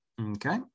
Okay